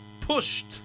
pushed